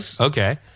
Okay